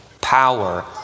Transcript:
power